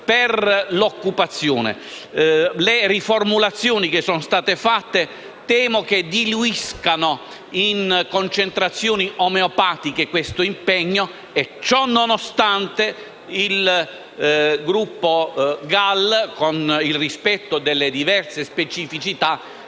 Temo, invece, che le riformulazioni che sono state fatte diluiscano in concentrazioni omeopatiche questo impegno. Ciò nonostante, il Gruppo GAL, con il rispetto delle diverse specificità,